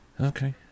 Okay